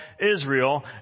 Israel